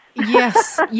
Yes